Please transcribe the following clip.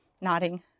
nodding